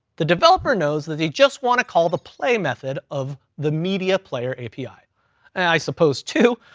the developer knows that he just want to call the play method of the media player api, and i suppose too,